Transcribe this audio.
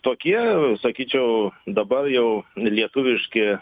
tokie sakyčiau dabar jau lietuviški